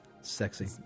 Sexy